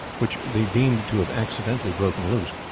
which they deemed to have accidentally broken loose,